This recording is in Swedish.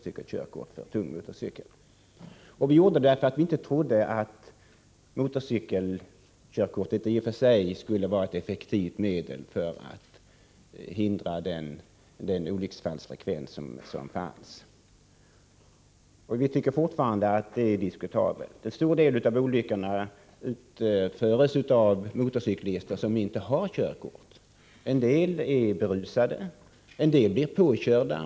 Det gjorde vi därför att vi inte trodde att motorcykelkörkort i och för sig skulle vara ett effektivt medel för att förändra olycksfallsfrekvensen. Vi tycker fortfarande att det är diskutabelt. En stor del av olyckorna orsakas av motorcyklister som inte har körkort. En del är berusade. En del blir påkörda.